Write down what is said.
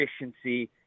efficiency